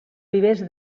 vivers